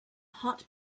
hot